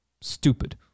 stupid